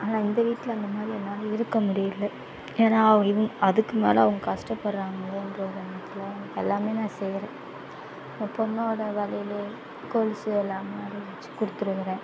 ஆனால் இந்த வீட்டில் அந்தமாதிரி என்னால் இருக்கமுடியல ஏன்னா அவங் இவங் அதுக்கு மேலே அவங்க கஷ்டப்படுறாங்ன்ற ஒரு நினப்புல அவங்களுக்கு எல்லாமே நான் செய்யறேன் என் பொண்ணோட வளையல் கொலுசு எல்லாமே அடகு வச்சு கொடுத்துருக்கிறேன்